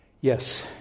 Yes